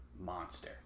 Monster